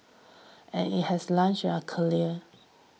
and it has launched their careers